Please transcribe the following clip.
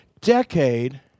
decade